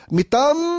Mitam